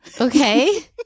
okay